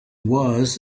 was